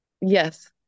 Yes